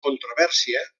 controvèrsia